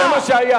לקצץ